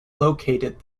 located